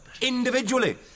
Individually